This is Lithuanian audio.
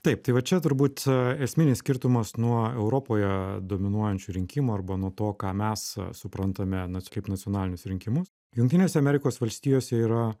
taip tai va čia turbūt esminis skirtumas nuo europoje dominuojančių rinkimų arba nuo to ką mes suprantame nac kaip nacionalinius rinkimus jungtinėse amerikos valstijose yra